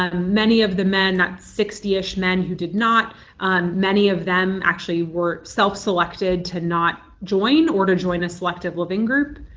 ah many of the men that sixty ish men who did not many of them actually were were self-selected to not join or to join a selective living group.